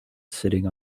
sitting